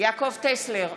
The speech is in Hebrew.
יעקב טסלר,